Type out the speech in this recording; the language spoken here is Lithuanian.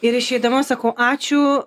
ir išeidama sakau ačiū